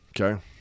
Okay